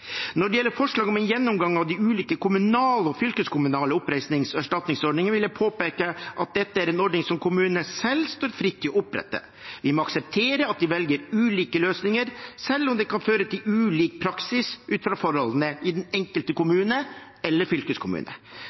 Når det gjelder forslag om en gjennomgang av de ulike kommunale og fylkeskommunale oppreisnings- og erstatningsordningene, vil jeg påpeke at dette er en ordning som kommunene selv står fritt til å opprette. Vi må akseptere at de velger ulike løsninger, selv om det kan føre til ulik praksis ut fra forholdene i den enkelte kommune eller fylkeskommune.